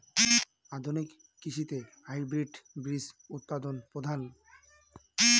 আধুনিক কৃষিতে হাইব্রিড বীজ উৎপাদন প্রধান